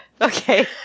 okay